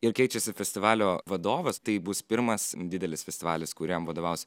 ir keičiasi festivalio vadovas tai bus pirmas didelis festivalis kuriam vadovaus